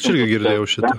aš irgi girdėjau šitą